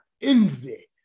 envy